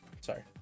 Sorry